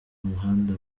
umuhanda